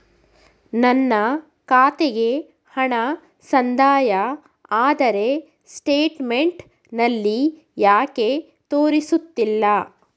ನನ್ನ ಖಾತೆಗೆ ಹಣ ಸಂದಾಯ ಆದರೆ ಸ್ಟೇಟ್ಮೆಂಟ್ ನಲ್ಲಿ ಯಾಕೆ ತೋರಿಸುತ್ತಿಲ್ಲ?